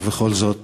ובכל זאת